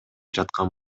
жаткан